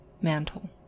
mantle